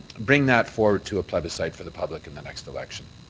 bring that forward to a plebiscite for the public in the next election.